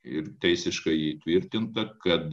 ir teisiškai įtvirtinta kad